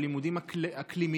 על לימודים אקלימיים,